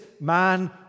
man